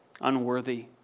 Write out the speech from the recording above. unworthy